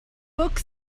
book